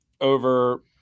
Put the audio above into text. over